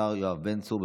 השר יואב בן צור.